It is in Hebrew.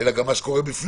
אלא גם מה שקורה בפנים.